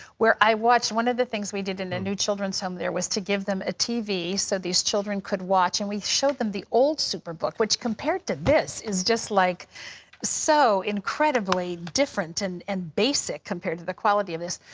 where i watched one of the things we did in a new children's home there was to give them a tv, so these children could watch. and we showed them the old superbook, which compared to this is just like so incredibly different and and basic compared to the quality of this.